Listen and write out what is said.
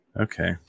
okay